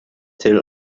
till